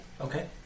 okay